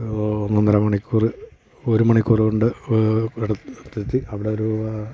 ഒന്നൊന്നര മണിക്കൂറ് ഒരു മണിക്കൂറ് കൊണ്ട് അവിടൊരു